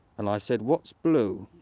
and i said what's blue?